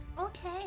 okay